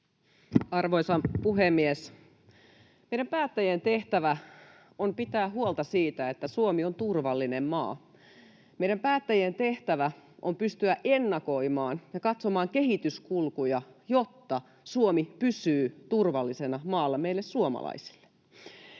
Arvoisa puhemies! Meidän päättäjien tehtävä on pitää huolta siitä, että Suomi on turvallinen maa. Meidän päättäjien tehtävä on pystyä ennakoimaan ja katsomaan kehityskulkuja, jotta Suomi pysyy turvallisena maana meille suomalaisille.